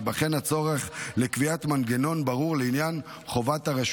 וייבחן הצורך לקביעת מנגנון ברור לעניין חובות הרשות